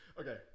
Okay